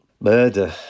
murder